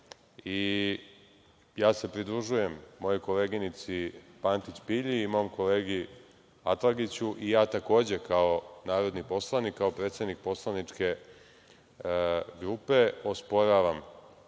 i ja se pridružujem mojoj koleginici Pantić Pilji i mom kolegi Atlagiću i ja takođe, kao narodni poslanik i kao predsednik Poslaničke grupe, osporavam